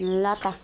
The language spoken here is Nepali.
ल त